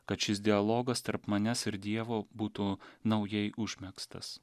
kad šis dialogas tarp manęs ir dievo būtų naujai užmegztas